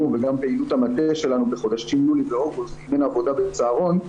וגם פעילות המטה שלנו בחודשים יולי ואוגוסט כשאין עבודה בצהרון.